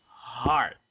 heart